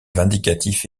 vindicatif